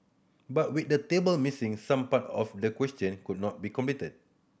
but with the table missing some part of the question could not be completed